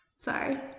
Sorry